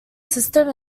system